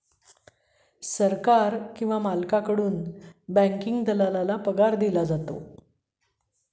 सरकार किंवा मालकाकडून बँकिंग दलालाला पगार दिला जातो